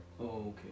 okay